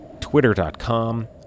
twitter.com